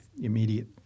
immediate